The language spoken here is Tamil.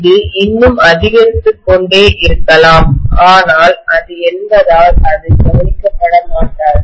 இது இன்னும் அதிகரித்துக்கொண்டே இருக்கலாம் ஆனால் அது என்பதால் அது கவனிக்கப்பட மாட்டாது